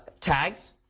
tags.